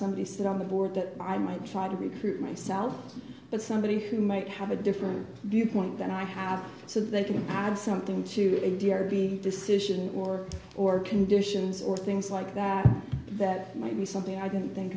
somebody sit on the board that i might try to recruit myself but somebody who might have a different viewpoint than i have so that it had something to be decision or or conditions or things like that that might be something i didn't think